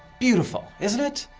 beautiful, isn't it?